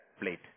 plate